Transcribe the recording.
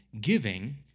giving